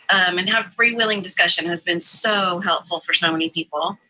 and have freewheeling discussion has been so helpful for so many people.